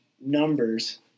numbers